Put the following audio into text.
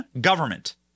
government